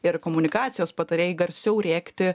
ir komunikacijos patarėjai garsiau rėkti